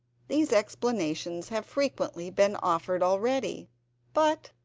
these explanations have frequently been offered already but,